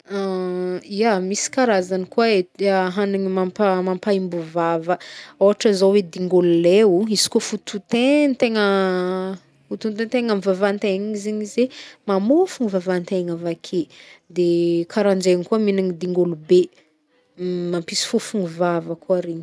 Ia! Misy karazany koa edy hagnigny mampa- mampamaîmbo vava. Ôhatra zao e, dingôlo ley o, izy kaofa otaotaigntegna- otaotaigntegna amy vavantegna zegny izy e, mamofogno vavantegna avake, de karanjay koa mignagn dingolo be, mampisy fofogna vava koa regny.